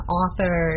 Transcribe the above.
author